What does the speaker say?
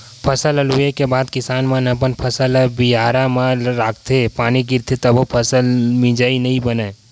फसल ल लूए के बाद किसान मन अपन फसल ल बियारा म राखथे, पानी गिरथे तभो फसल ल मिजत नइ बनय